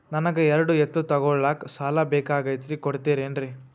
ನನಗ ಎರಡು ಎತ್ತು ತಗೋಳಾಕ್ ಸಾಲಾ ಬೇಕಾಗೈತ್ರಿ ಕೊಡ್ತಿರೇನ್ರಿ?